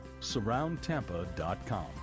surroundtampa.com